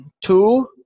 Two